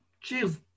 Cheers